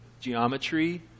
geometry